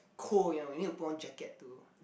cold you know you need to put on jacket to